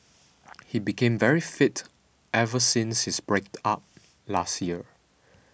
he became very fit ever since his break up last year